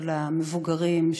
של המבוגרים,